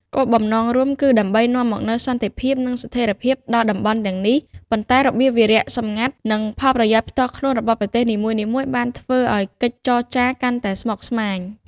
គោលបំណងរួមគឺដើម្បីនាំមកនូវសន្តិភាព និងស្ថិរភាពដល់តំបន់ទាំងនេះ ប៉ុន្តែរបៀបវារៈសម្ងាត់ និងផលប្រយោជន៍ផ្ទាល់ខ្លួនរបស់ប្រទេសនីមួយៗបានធ្វើឱ្យកិច្ចចរចាកាន់តែស្មុគស្មាញ។